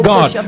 God